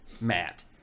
Matt